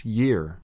year